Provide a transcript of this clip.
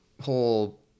whole